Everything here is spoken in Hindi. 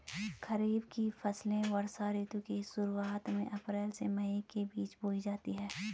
खरीफ की फसलें वर्षा ऋतु की शुरुआत में, अप्रैल से मई के बीच बोई जाती हैं